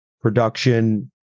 production